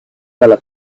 dalla